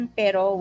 pero